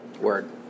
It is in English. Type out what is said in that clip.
Word